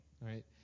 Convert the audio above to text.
right